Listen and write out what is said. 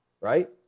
right